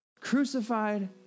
crucified